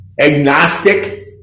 agnostic